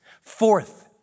Fourth